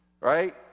right